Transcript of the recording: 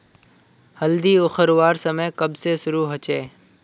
हल्दी उखरवार समय कब से शुरू होचए?